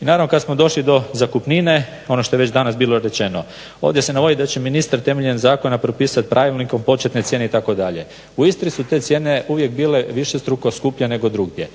I naravno kad smo došli do zakupnine ono što je već danas bilo rečeno. Ovdje se navodi da će ministar temeljem zakona propisati pravilnikom početne cijene itd. U Istri su te cijene uvijek bile višestruko skupljije nego drugdje.